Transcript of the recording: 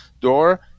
door